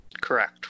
correct